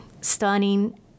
stunning